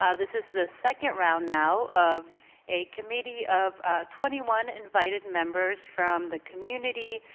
ah this is the second round now of a committee of twenty one invited members from the community,